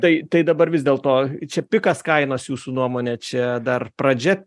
tai tai dabar vis dėl to čia pikas kainos jūsų nuomone čia dar pradžia